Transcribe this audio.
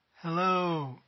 Hello